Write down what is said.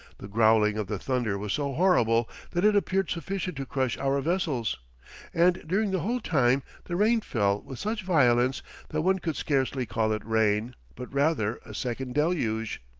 the growling of the thunder was so horrible that it appeared sufficient to crush our vessels and during the whole time the rain fell with such violence that one could scarcely call it rain, but rather a second deluge.